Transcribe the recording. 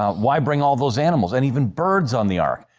um why bring all those animals and even birds on the ark?